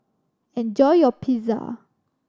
enjoy your Pizza